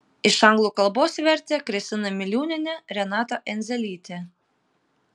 iš anglų kalbos vertė kristina miliūnienė renata endzelytė